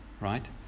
Right